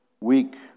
weak